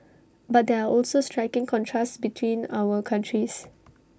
but there are also striking contrasts between our countries